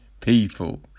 people